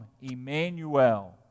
Emmanuel